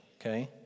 Okay